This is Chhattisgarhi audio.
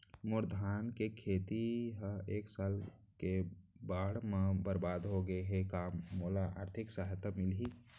मोर धान के खेती ह ए साल के बाढ़ म बरबाद हो गे हे का मोला आर्थिक सहायता मिलही?